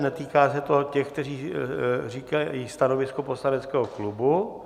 Netýká se to těch, kteří říkají stanovisko poslaneckého klubu.